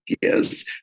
Yes